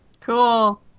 Cool